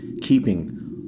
keeping